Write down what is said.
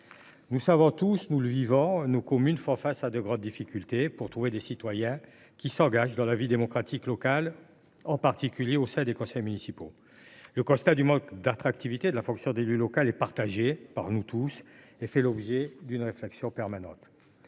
Nous le savons tous, pour le vivre, nos communes font face à de grandes difficultés pour trouver des citoyens s’engageant dans la vie démocratique locale, en particulier au sein des conseils municipaux. Le constat du manque d’attractivité de la fonction d’élu local est partagé par nous tous et fait l’objet d’une réflexion permanente.